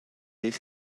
eich